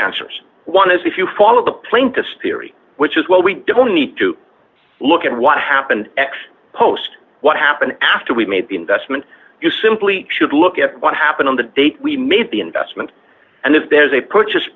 answers one is if you follow the plane to spirit which is well we don't need to look at what happened ex post what happened after we made the investment you simply should look at what happened on the day we made the investment and if there's a purchase